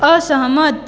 असहमत